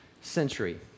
century